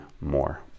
more